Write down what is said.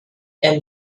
and